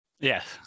Yes